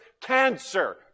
cancer